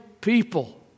people